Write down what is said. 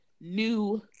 new